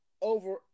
over